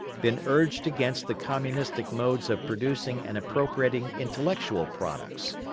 been urged against the communistic modes of producing and appropriating intellectual products.